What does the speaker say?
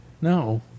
No